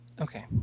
Okay